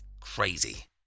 crazy